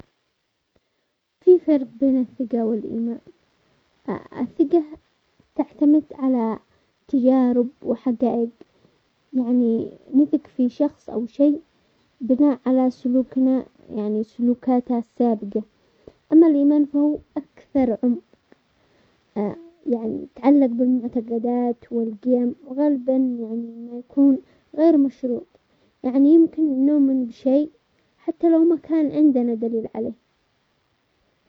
في فرق بين الثقة و الايمان، الثقة تعتمد على تجارب وحقائق، يعني نثق في شخص او شيء بناء على سلوكنا يعني سلوكاتها السابقة، اما الايمان فهو اكثر عمق، يعني تعلق بالمعتقدات والقيم وغالبا يعني ما يكون غير مشروط، يعني يمكن نؤمن بشي حتى لو ما كان عندنا دليل عليه.